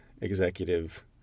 executive